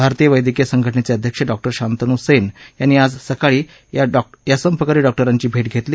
भारतीय वैद्यकीय संघटनेचे अध्यक्ष डॉ सांतनू सेन यांनी आज सकाळी या संपकरी डॉक्टरांची भेट घेतली